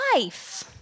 life